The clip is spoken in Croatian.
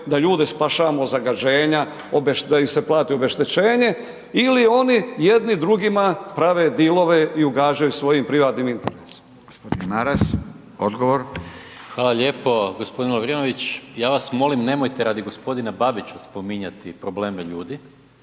da ljude spašavamo od zagađenja, da im se plati obeštećenje ili oni jedni drugima prave dilove i ugađaju svojim privatnim interesima? **Radin, Furio (Nezavisni)** Gospodin Maras, odgovor. **Maras, Gordan (SDP)** Hvala lijepo. Gospodin Lovrinović ja vas molim nemojte radi gospodina Babića spominjati probleme ljudi,